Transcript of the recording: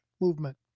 movement